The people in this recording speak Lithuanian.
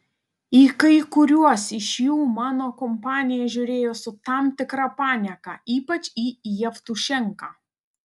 į kai kuriuos iš jų mano kompanija žiūrėjo su tam tikra panieka ypač į jevtušenką